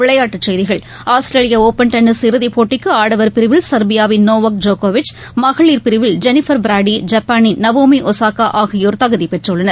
விளையாட்டுச் செய்திகள் Australia Open tennis இறுதிப் போட்டிக்குஆடவர் பிரிவில் செர்பியாவின் நோவோக் ஜோகோவிச் மகளிர் பிரிவில் ஜெனிஃபர் பிராடி ஜப்பானின் நவோமிஒசாகாஆகியோர் தகுதிபெற்றுள்ளனர்